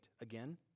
again